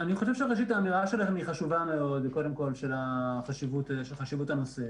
ראשית, האמירה שלנו היא חשובה על חשיבות הנושא.